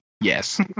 yes